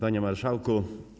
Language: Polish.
Panie Marszałku!